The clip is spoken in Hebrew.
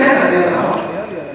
כן, נכון.